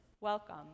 welcome